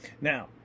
Now